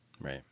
Right